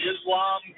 Islam